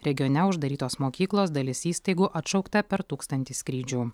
regione uždarytos mokyklos dalis įstaigų atšaukta per tūkstantį skrydžių